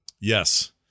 Yes